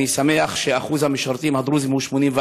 אני שמח שאחוז המשרתים הדרוזים הוא 84%,